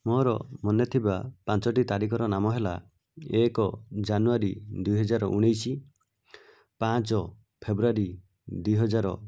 ମୋର ମନେଥିବା ପାଞ୍ଚଟି ତାରିଖର ନାମ ହେଲା ଏକ ଜାନୁୟାରୀ ଦୁଇ ହଜାର ଉଣେଇଶ ପାଞ୍ଚ ଫେବୃୟାରୀ ଦୁଇ ହଜାର